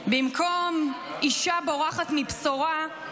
במקום "אישה בורחת מבשורה"